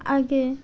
আগে